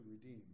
redeem